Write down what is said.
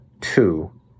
two